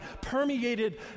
permeated